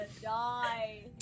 die